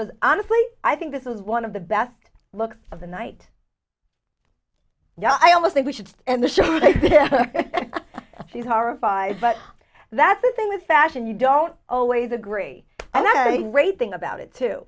was honestly i think this is one of the best looks of the night yeah i almost think we should end the show she's horrified but that's the thing with fashion you don't always agree and irene great thing about it too